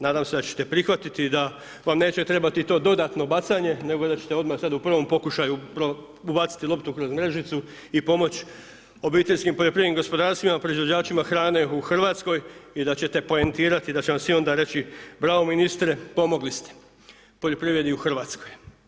Nadam se da ćete prihvatiti i da vam neće trebati i to dodatno bacanje nego da ćete odmah sad u prvom pokušaju ubaciti loptu kroz mrežicu i pomoći obiteljskim poljoprivrednim gospodarstvima, proizvođačima hrane u Hrvatskoj i da ćete poentirati, da će vam svi onda reći bravo ministre, pomogli ste poljoprivredi u Hrvatskoj.